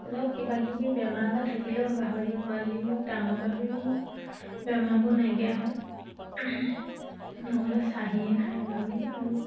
ধৰক কিবাকিবি বেমাৰ আজাৰ থাকিলেও গাহৰি পোৱালি বা ডাঙৰ গাহৰিও বেমাৰবোৰ নাইকিয়া হয় নহ'লে চাহীয়ে খায় গাহৰি আৰু